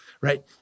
right